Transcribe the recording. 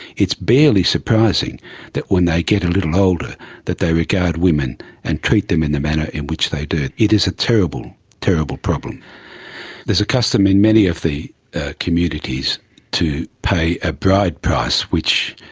it's barely surprising that when they get a little older that they regard women and treat them in the manner in which they do. it is a terrible, terrible problem. there is a custom in many of the communities to pay a bride price, which,